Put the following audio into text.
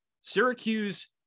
Syracuse